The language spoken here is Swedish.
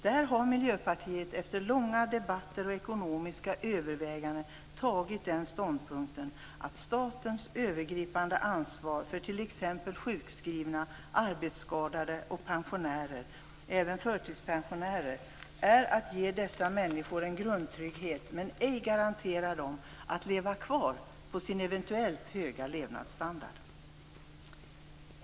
Där har Miljöpartiet efter långa debatter och ekonomiska överväganden intagit ståndpunkten att statens övergripande ansvar för t.ex. sjukskrivna, arbetsskadade och pensionärer, även förtidspensionärer, är att ge dessa människor en grundtrygghet - ej att garantera människor att leva kvar på sin eventuellt höga levnadsstandard.